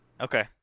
Okay